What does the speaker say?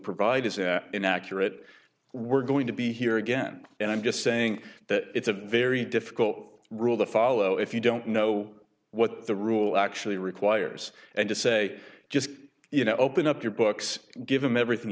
provide is inaccurate we're going to be here again and i'm just saying that it's a very difficult rule that follow if you don't know what the rule actually requires and to say just you know open up your books give them everything